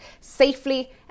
safely